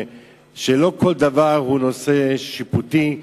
שלא כל דבר הוא נושא שיפוטי,